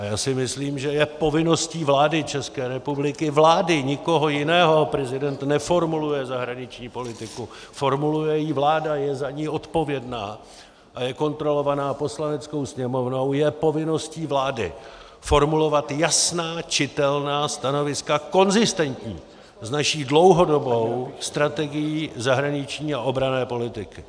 A já si myslím, že je povinností vlády České republiky, vlády, nikoho jiného prezident neformuluje zahraniční politiku, formuluje ji vláda, je za ni odpovědná a je kontrolovaná Poslaneckou sněmovnou je povinností vlády formulovat jasná, čitelná stanoviska konzistentní s naší dlouhodobou strategií zahraniční a obranné politiky.